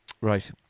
Right